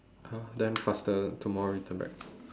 !huh! then faster tomorrow return back